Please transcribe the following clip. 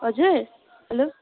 हजुर हेलो